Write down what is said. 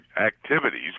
activities